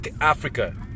Africa